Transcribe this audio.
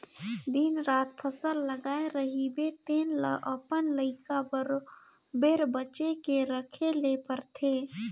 दिन रात फसल लगाए रहिबे तेन ल अपन लइका बरोबेर बचे के रखे ले परथे